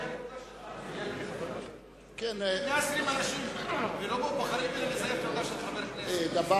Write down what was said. בעניין של תעודת חבר כנסת, שוטר,